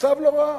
המצב לא רע,